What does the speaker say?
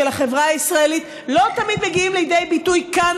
החברה הישראלית לא תמיד מגיעים לידי ביטוי כאן,